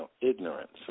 ignorance